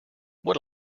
what